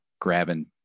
grabbing